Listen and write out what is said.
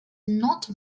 not